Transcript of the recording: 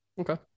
Okay